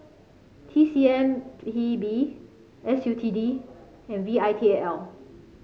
T C M P B S U T D and V I T A L